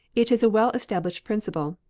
it is a well-established principle,